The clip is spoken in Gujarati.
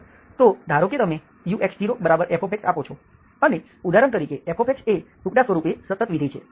તો ધારો કે તમે ux0f આપો છો અને ઉદાહરણ તરીકે f એ ટુકડા સ્વરૂપે સતત વિધેય છે